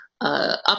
up